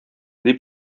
дип